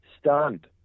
Stunned